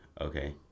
okay